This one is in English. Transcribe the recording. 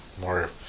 more